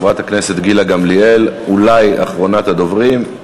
חברת הכנסת גילה גמליאל, אולי אחרונת הדוברים.